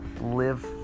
live